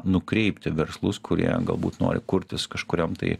nukreipti verslus kurie galbūt nori kurtis kažkuriam tai